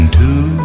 two